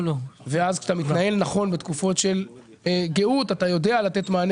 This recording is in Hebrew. שכשאתה מתנהל נכון בתקופות של גאות אתה יודע לתת מענה